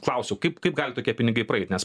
klausiau kaip kaip gal tokie pinigai praeit nes